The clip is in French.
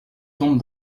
tombe